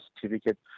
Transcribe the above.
certificate